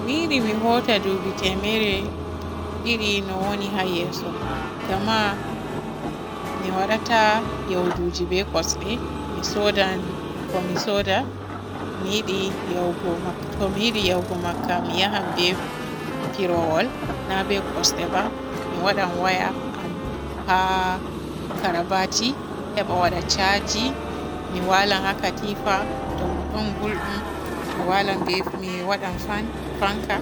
Mi yiɗi mi hoota duubi temerre didi no wooni haa yeeso, ngam ma mi waadata yauduji be kusde, mi soodan ko mi sooda, mi yiɗi yahugo mak-to mi yiɗi yahugo makka mi yahan be pirowal na be kusde ba. Mi wadan waya haa karabati heba waada chaji, mi waala haa katifa. To ɗon gulɗum mi walan be mi wadan fan-fanka.